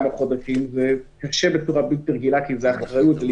חודשים זה קשה בצורה בלתי רגילה כי זו אחריות וזה